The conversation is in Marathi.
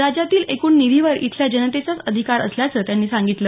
राज्यातील एकूण निधीवर इथल्या जनतेचाच अधिकार असल्याचं त्यांनी सांगितंल